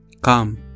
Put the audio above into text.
Come